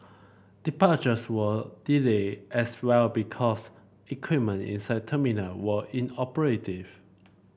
departures were delayed as well because equipment inside terminal were inoperative